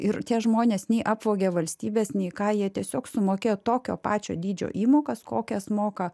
ir tie žmonės nei apvogė valstybės nei ką jie tiesiog sumokėjo tokio pačio dydžio įmokas kokias moka